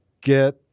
get